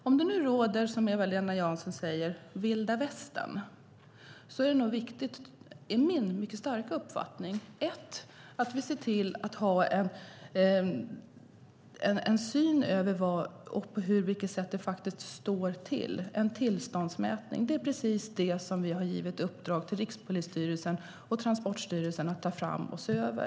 Om det nu råder vilda västern, som Eva-Lena Jansson säger, är det enligt min starka uppfattning viktigt att för det första se till att vi har en översyn av hur det står till, en tillståndsmätning. Det är precis det vi gett i uppdrag till Rikspolisstyrelsen och Transportstyrelsen att ta fram och se över.